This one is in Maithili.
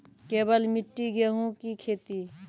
केवल मिट्टी गेहूँ की खेती?